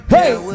Hey